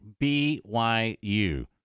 BYU